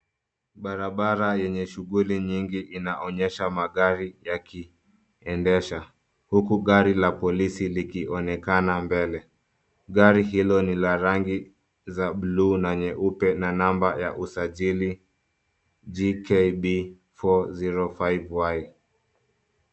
Barabara yenye shughuli nyingi inaonyesha magari yakiedesha, uku gari la polisi likionekana mbele. Gari hilo ni la rangi za buluu na nyeupe na namba ya usajili JKB405Y.